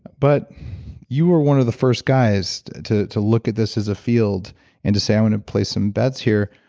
but you were one of the first guys to to look at this as a field and to say, i want to place some bets here.